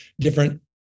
different